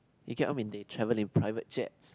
you know what I mean they travel in private jets